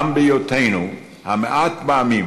גם בהיותנו המעט בעמים,